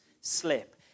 slip